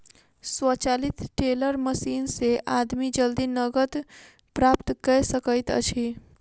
स्वचालित teller machine से आदमी जल्दी नकद प्राप्त कय सकैत अछि